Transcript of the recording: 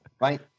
right